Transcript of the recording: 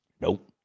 Nope